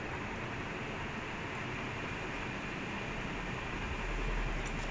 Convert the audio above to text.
no confirm ah பக்கத்துல யாராவது வந்திருப்பாங்க:pakkathula yaaraavathu vanthirupaanga then they call us same as ours